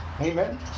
Amen